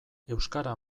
euskara